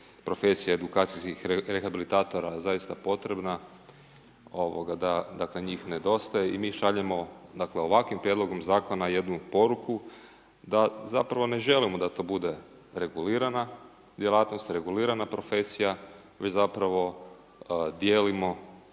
profesija edukacijskih rehabilitatora zaista potrebna da dakle njih ne nedostaje. I mi šaljemo dakle ovakvim prijedlogom zakona jednu poruku da zapravo ne želimo da to bude regulirana djelatnost, regulirana profesija, već zapravo dijelimo